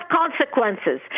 consequences